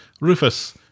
Rufus